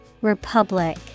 Republic